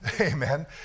Amen